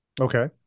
Okay